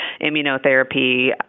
immunotherapy